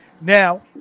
now